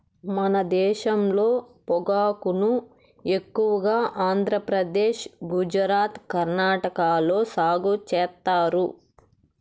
మన దేశంలో పొగాకును ఎక్కువగా ఆంధ్రప్రదేశ్, గుజరాత్, కర్ణాటక లో సాగు చేత్తారు